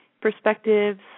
perspectives